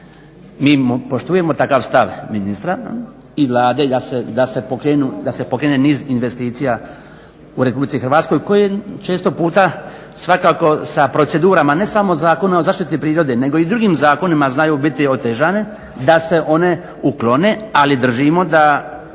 Mi poštujemo takav stav ministra i Vlade da se pokrene niz investicija u RH koje često puta svakako sa procedurama ne samo Zakona o zaštiti prirode nego i drugim zakonima znaju biti otežane, da se one uklone, ali držimo da